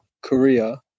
Korea